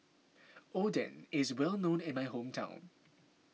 Oden is well known in my hometown